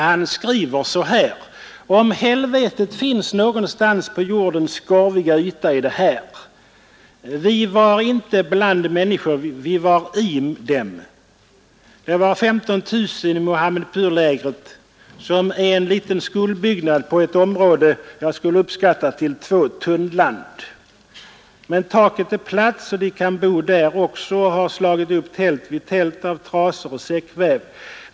Han skriver så här: 105 ”Om helvetet finns någonstans på jordens skorviga yta, är det här. Vi var inte bland människor. Vi var i dem. Det var 15 000 i Mohammedpurlägret, som är en liten skolbyggnad på ett område jag skulle uppskatta till två tunnland. Men taket är platt, så de kan bo där också och har slagit upp tält vid tält av trasor och säckväv.